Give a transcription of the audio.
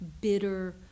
bitter